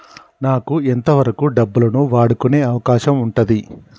నాకు ఎంత వరకు డబ్బులను వాడుకునే అవకాశం ఉంటది?